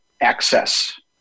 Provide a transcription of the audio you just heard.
access